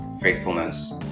faithfulness